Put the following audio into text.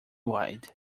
wide